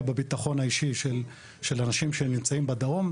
בביטחון האישי של אנשים שנמצאים בדרום,